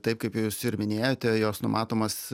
taip kaip jūs ir minėjote jos numatomas